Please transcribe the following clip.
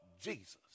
Jesus